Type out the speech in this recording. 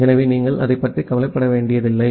எனவே நீங்கள் அதைப் பற்றி கவலைப்படவில்லை